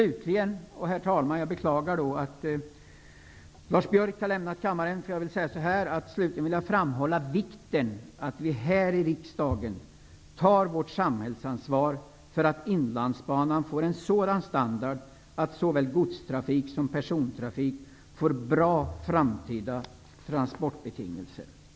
Herr talman! Jag beklagar att Lars Biörk har lämnat kammaren, eftersom jag slutligen vill framhålla vikten av att vi här i riksdagen tar vårt samhällsansvar för att Inlandsbanan får en sådan standard att såväl godstrafik som persontrafik får bra framtida transportbetingelser. Herr talman!